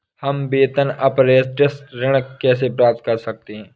हम वेतन अपरेंटिस ऋण कैसे प्राप्त कर सकते हैं?